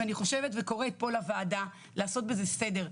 ואני חושבת וקוראת פה לוועדה לעשות פה סדר,